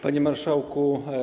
Panie Marszałku!